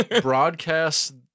Broadcast